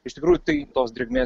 iš tikrųjų tai tos drėgmės